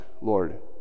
Lord